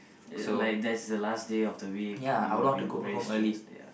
like that's the last day of the week you will be very stress ya